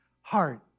heart